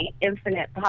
infinite